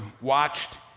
watched